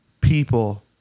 people